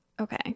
Okay